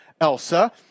Elsa